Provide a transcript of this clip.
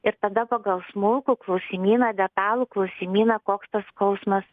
ir tada pagal smulkų klausimyną detalų klausimyną koks tas skausmas